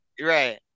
Right